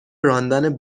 راندن